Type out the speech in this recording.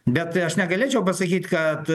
bet aš negalėčiau pasakyt kad